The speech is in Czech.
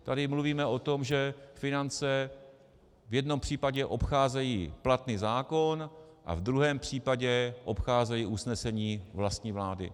Tady mluvíme o tom, že finance v jednom případě obcházejí platný zákon a v druhém případě obcházejí usnesení vlastní vlády.